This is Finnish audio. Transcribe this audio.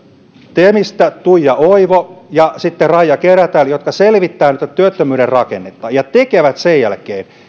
temistä tuija oivo ja sitten raija kerätär jotka selvittävät tätä työttömyyden rakennetta ja tekevät sen jälkeen